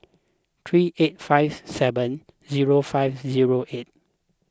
three eight five seven zero five zero eight